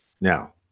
Now